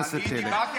לך.